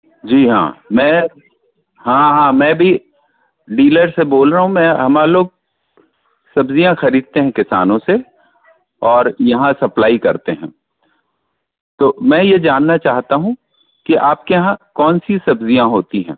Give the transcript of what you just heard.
जी हाँ मैं हाँ हाँ मैं भी डीलर से बोल रहा हूं मैं हमारे लोग सब्जियाँ खरीदते हैं किसानों से और यहाँ सप्लाई करते हैं मैं ये जानना चाहता हूँ कि आपके यहाँ कौन सी सब्जियाँ होती हैं